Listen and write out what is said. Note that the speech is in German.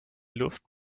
luft